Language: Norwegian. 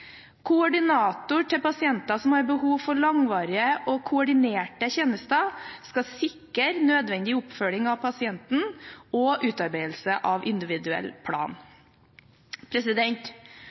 Koordinator til pasienter som har behov for langvarige og koordinerte tjenester, skal sikre nødvendig oppfølging av pasienten og utarbeidelse av individuell plan.